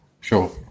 sure